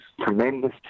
tremendous